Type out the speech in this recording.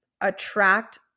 attract